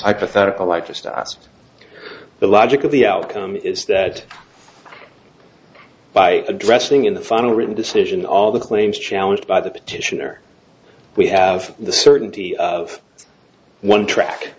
hypothetical like just us the logic of the outcome is that by addressing in the final written decision all the claims challenged by the petitioner we have the certainty of one track